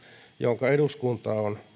jonka eduskunta on